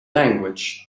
language